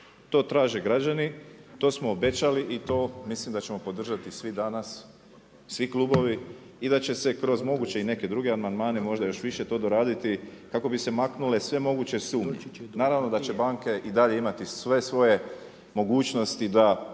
To traže građani, to smo obećali i to mislim da ćemo podržati svi danas, svi klubovi i da će se kroz moguće i neke druge amandmane možda još više to doraditi kako bi se maknule sve moguće sumnje. Naravno da će banke i dalje imati sve svojem mogućnosti da